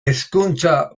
hezkuntza